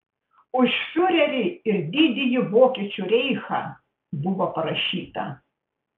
už fiurerį ir didįjį vokiečių reichą buvo parašyta